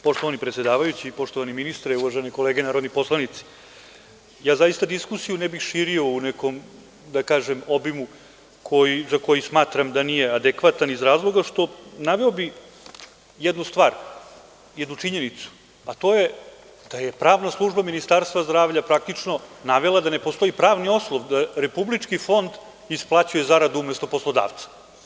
Poštovani predsedavajući i poštovani ministre i uvažene kolege narodni poslanici, ja zaista diskusiju ne bih širio u nekom, da kažem obimu za koji smatram da nije adekvatan iz razloga što naveo bih jednu stvar, jednu činjenicu, a to je da je pravna služba Ministarstva zdravlja praktično navela da ne postoji pravni osnov da Republički fond isplaćuje zaradu umesto poslodavca.